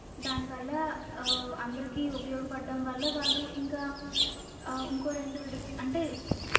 దానివల్ల అందరికీ ఉపయోగపడటం వల్ల వాళ్ళు ఇంకా ఇంకో రెండు విడతలు అంటే